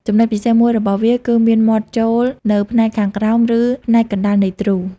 ចំណុចពិសេសមួយរបស់វាគឺមានមាត់ចូលនៅផ្នែកខាងក្រោមឬផ្នែកកណ្តាលនៃទ្រូ។